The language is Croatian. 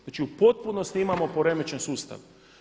Znači u potpunosti imamo poremećen sustav.